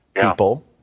people